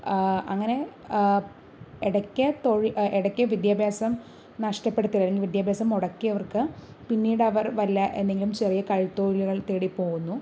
അങ്ങനെ ഇടക്ക് തൊഴില് ഇടക്ക് വിദ്യാഭ്യാസം നഷ്ടപ്പെടുത്തുകയും അല്ലെങ്കില് വിദ്യാഭ്യാസം മുടക്കിയവര്ക്ക് പിന്നീടവര് വല്ല എന്തെങ്കിലും ചെറിയ കൈത്തൊഴിലുകള് തേടി പോകുന്നു